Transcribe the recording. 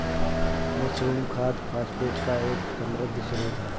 mushroom खाद phosphate का एक समृद्ध स्रोत है